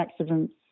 accidents